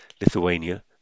Lithuania